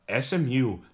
SMU